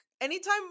Anytime